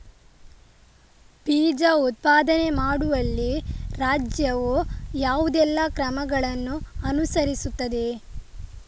ಬೀಜ ಉತ್ಪಾದನೆ ಮಾಡುವಲ್ಲಿ ರಾಜ್ಯವು ಯಾವುದೆಲ್ಲ ಕ್ರಮಗಳನ್ನು ಅನುಕರಿಸುತ್ತದೆ?